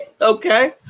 Okay